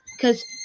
cause